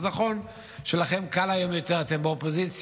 אז נכון שלכם קל היום יותר, אתם באופוזיציה,